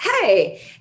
hey